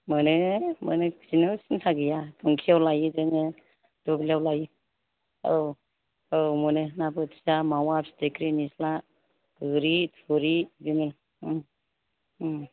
मोनो मोनो बिदिनो सिन्था गैया बुंखियाव लायो जोङो दुब्लियाव लायो औ औ मोनो ना बोथिया मावा फिथिख्रि निस्ला गोरि थुरि बिदिनो